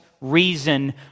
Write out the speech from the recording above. reason